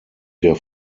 der